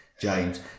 james